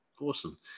Awesome